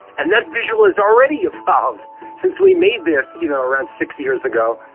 and that visual has already evolved since we made this you know around six years ago.